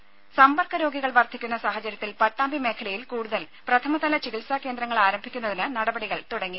രുമ സമ്പർക്ക രോഗികൾ വർദ്ധിക്കുന്ന സാഹചര്യത്തിൽ പട്ടാമ്പി മേഖലയിൽ കൂടുതൽ പ്രഥമതല ചികിത്സാ കേന്ദ്രങ്ങൾ ആരംഭിക്കുന്നതിന് നടപടി തുടങ്ങി